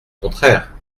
contraire